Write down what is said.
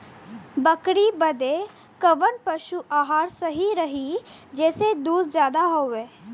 बकरी बदे कवन पशु आहार सही रही जेसे दूध ज्यादा होवे?